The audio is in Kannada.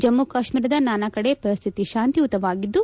ಜಮ್ನು ಕಾಶ್ನೀರದ ನಾನಾ ಕಡೆ ಪರಿಸ್ವಿತಿ ಶಾಂತಿಯುತವಾಗಿದ್ದು